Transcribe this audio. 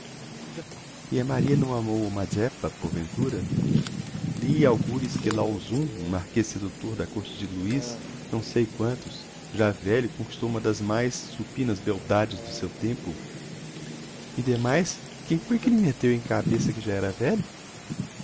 e a maria não amou o mazeppa porventura li algures que lauzun um marquêz seductor da côrte de luis não sei quantos já velho conquistou uma das mais supinas beldades do seu tempo e demais quem foi que lhe metteu em cabeça que já era velho